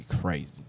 crazy